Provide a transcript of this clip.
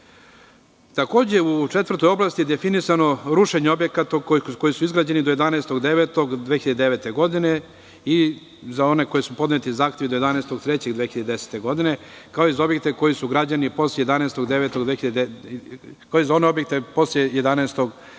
objekata.U četvrtoj oblasti je definisano rušenje objekata koji su izgrađeni do 11. 09. 2009. godine i za one zahteve koji su podneti do 11. 03. 2010. godine, kao i za objekte koji su građeni posle 11. 09.